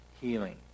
healing